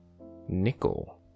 nickel